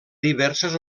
diverses